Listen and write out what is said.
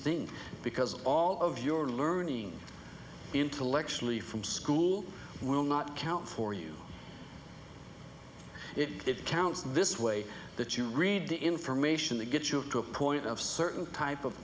thing because all of your learning intellectually from school will not count for you it counts this way that you read the information that gets you to a point of certain type of